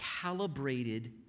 calibrated